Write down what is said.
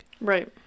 Right